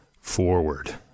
forward